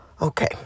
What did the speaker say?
Okay